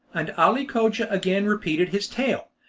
and ali cogia again repeated his tale.